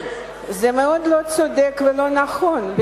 זה מאוד לא צודק ולא נכון,